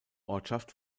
ortschaft